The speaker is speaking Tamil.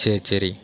சரி சரி